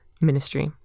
ministry